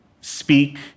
speak